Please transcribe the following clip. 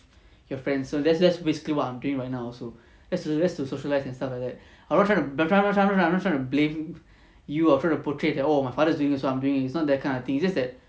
your friend so that's that's basically what I'm doing right now so just to just to socialise and stuff like that I'm not trying I'm not trying I'm not trying to blame you or try to portray that oh my father is doing so I'm doing it's not that kind of thing it just that